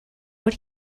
what